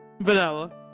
vanilla